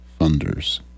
funders